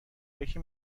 یکی